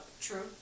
True